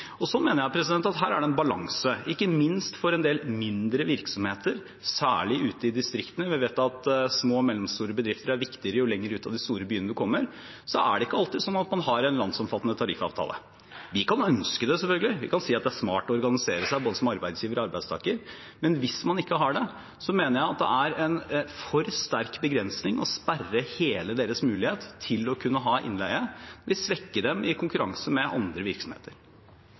mener jeg det er en balanse, ikke minst for en del mindre virksomheter, særlig ute i distriktene. Vi vet at små og mellomstore bedrifter er viktigere jo lenger ut av de store byene man kommer. Så er det ikke alltid sånn at man har en landsomfattende tariffavtale. Vi kan ønske det, selvfølgelig, vi kan si at det er smart å organisere seg, både som arbeidsgiver og arbeidstaker, men hvis man ikke har det, mener jeg det er en for sterk begrensning å sperre hele deres mulighet til å kunne ha innleie. Det vil svekke dem i konkurranse med andre virksomheter.